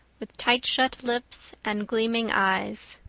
with tight-shut lips and gleaming eyes.